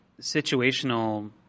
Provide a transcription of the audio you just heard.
situational